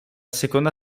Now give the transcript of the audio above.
seconda